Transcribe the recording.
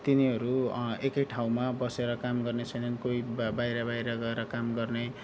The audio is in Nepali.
तिनीहरू एकै ठाउँमा बसेर काम गर्ने छैनन् कोही बाहिर बाहिर गएर काम गर्ने